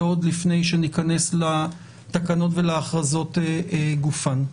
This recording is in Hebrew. ועוד לפני שניכנס לתקנות ולהכרזות גופן.